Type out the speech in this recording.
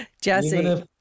Jesse